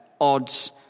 odds